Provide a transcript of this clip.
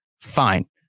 Fine